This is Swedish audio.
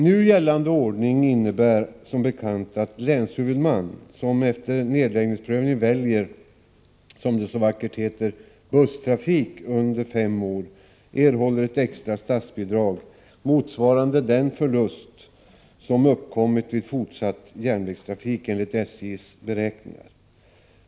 Nu gällande ordning innebär som bekant att länshuvudman, som efter nedläggningsprövning väljer — som det så vackert heter — busstrafik under fem år, erhåller ett extra statsbidrag motsvarande den förlust som uppkommit vid fortsatt järnvägstrafik enligt SJ:s beräkningar.